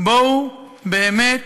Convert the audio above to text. בואו באמת